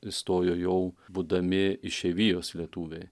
įstojo jau būdami išeivijos lietuviai